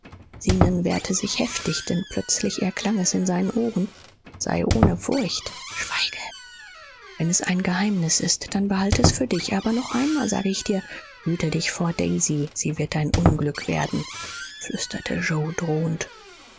zenon wehrte sich heftig denn plötzlich erklang es in seinen ohren sei ohne furcht schweige wenn es ein geheimnis ist dann behalte es für dich aber noch einmal sage ich dir hüte dich vor daisy sie wird dein unglück werden flüsterte yoe drohend